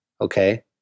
Okay